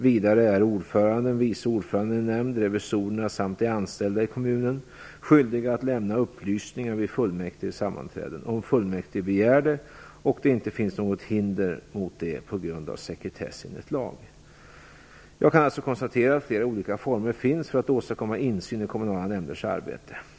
Vidare är ordförande och vice ordförande i en nämnd, revisorerna samt de anställda i kommunen skyldiga att lämna upplysningar vid fullmäktiges sammanträden, om fullmäktige begär det och det inte finns något hinder mot det på grund av sekretess enligt lag. Jag kan alltså konstatera att flera olika former finns för att åstadkomma insyn i kommunala nämnders arbete.